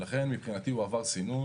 ולכן, מבחינתי הוא עבר סינון